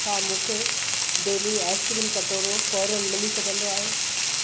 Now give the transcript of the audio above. छा मूंखे daily ice cream कटोरो फौरन मिली सघंदो आहे